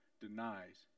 denies